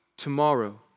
Tomorrow